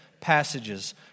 passages